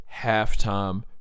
halftime